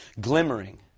glimmering